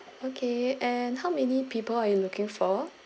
okay and how many people are you looking for